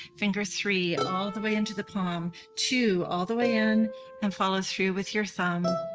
finger three all the way into the palm. two all the way in and follow through with your thumb.